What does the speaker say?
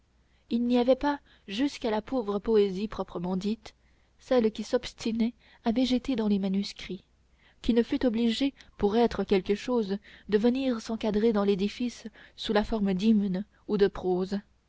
il n'y avait pas jusqu'à la pauvre poésie proprement dite celle qui s'obstinait à végéter dans les manuscrits qui ne fût obligée pour être quelque chose de venir s'encadrer dans l'édifice sous la forme d'hymne ou de prose